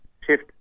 shift